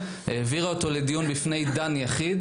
העבירה אותו לדיון לפני דן יחיד